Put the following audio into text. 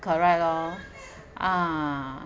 correct lor ah